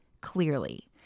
clearly